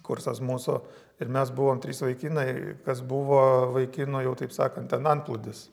kursas mūsų ir mes buvom trys vaikinai kas buvo vaikinų jau taip sakant ten antplūdis